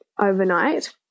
overnight